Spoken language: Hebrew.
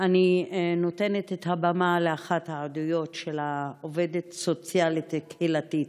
אני נותנת את הבמה לאחת העדויות של עובדת סוציאלית קהילתית.